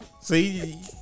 See